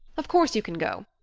of course you can go.